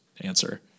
answer